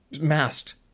masked